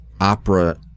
opera